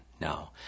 No